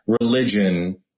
religion